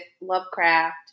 Lovecraft